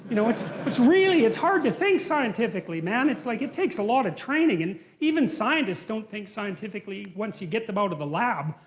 you know, it's. really! it's hard to think scientifically, man, it's like, it takes a lot of training. and even scientists don't think scientifically once you get them out of the lab.